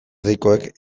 deikoek